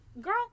girl